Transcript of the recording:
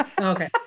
Okay